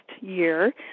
year